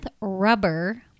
rubber